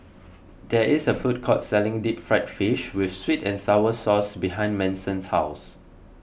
there is a food court selling Deep Fried Fish with Sweet and Sour Sauce behind Manson's house